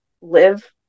live